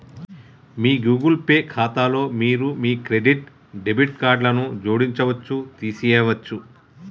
మీ Google Pay ఖాతాలో మీరు మీ క్రెడిట్, డెబిట్ కార్డులను జోడించవచ్చు, తీసివేయచ్చు